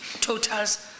totals